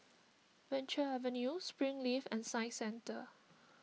Venture Avenue Springleaf and Science Centre